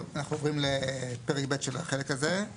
טוב, אנחנו עוברים לפרק ב' של החלק הזה.